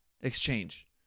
exchange